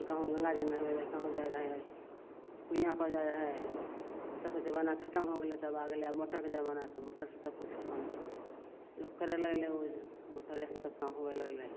कहुँ गङ्गाजी नहबै ले कहुँ जाइ रहै कुइआँपर जाइ रहै सब जमाना खतम हो गेलै तब आ गेलै मोटरके जमाना तऽ मोटरसे सबकिछु अपन लोक करै लागलै ओहिजे मोटरेसे सब काम हुए लागलै